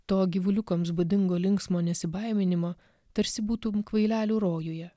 to gyvuliukams būdingo linksmo nesibaiminimo tarsi būtum kvailelių rojuje